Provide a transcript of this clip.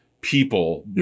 people